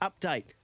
update